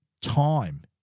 time